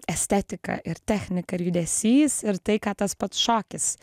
estetika ir technika ir judesys ir tai ką tas pats šokis